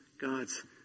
God's